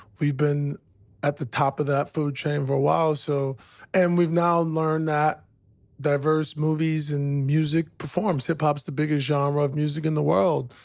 we've been at the top of that food chain for a while. so and we've now learned that diverse movies and music performs. hip-hop's the biggest genre of music in the world.